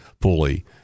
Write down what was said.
fully